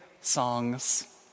songs